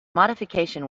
modification